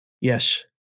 Yes